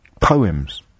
Poems